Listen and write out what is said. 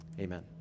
Amen